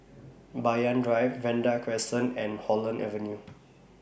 Banyan Drive Vanda Crescent and Holland Avenue